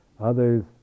Others